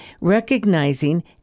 recognizing